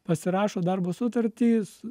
pasirašo darbo sutartys